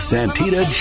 Santita